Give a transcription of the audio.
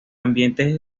ambiente